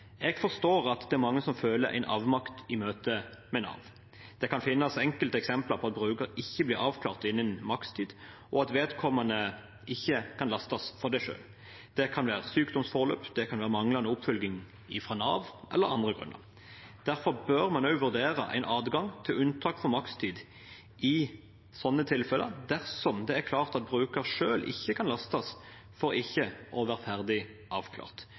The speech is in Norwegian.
Jeg forstår at det er mange som føler en avmakt i møte med Nav. Det kan finnes enkelte eksempler på at brukere ikke blir avklart innen makstid, og at vedkommende ikke kan lastes for det selv. Det kan være sykdomsforløp, det kan være manglende oppfølging fra Nav eller andre grunner. Derfor bør man også vurdere en adgang til unntak fra makstid i sånne tilfeller, dersom det er klart at brukeren selv ikke kan lastes for ikke å være ferdig avklart,